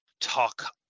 Talk